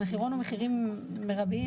המחירון הוא מחירים מרביים,